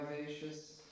vivacious